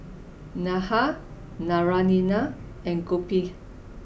Medha Naraina and Gopinath